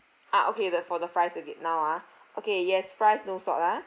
ah okay the for the fries will get now ah okay yes fries no salt ah